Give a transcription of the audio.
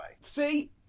See